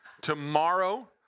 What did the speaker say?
Tomorrow